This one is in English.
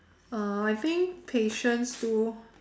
uh I think patience too